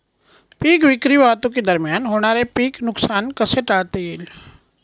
पीक विक्री वाहतुकीदरम्यान होणारे पीक नुकसान कसे टाळता येईल?